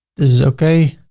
is okay.